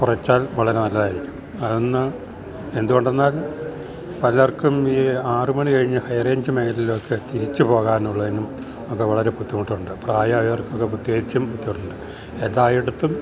കുറച്ചാൽ വളരെ നല്ലതായിരിക്കും അതൊന്ന് എന്തുകൊണ്ടെന്നാൽ പലർക്കും ഈ ആറ് മണി കഴിഞ്ഞ് ഹൈ റേയ്ഞ്ച് മേഘലേലൊക്കെ തിരിച്ച് പോകാനുള്ളേയ്നും ഒക്കെ വളരെ ബുദ്ധിമുട്ടൊണ്ട് പ്രായായവർക്കൊക്കെ പ്രത്യേകിച്ചും ബുദ്ധിമുട്ടൊണ്ട് എല്ലായിടത്തും